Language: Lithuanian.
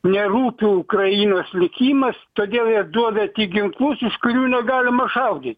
nerūpi ukrainos likimas todėl jie duoda tik ginklus iš kurių negalima šaudyt